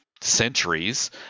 centuries